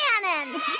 cannon